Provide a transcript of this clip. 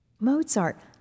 Mozart